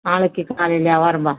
நாளைக்கு காலையிலேயா வரேப்பா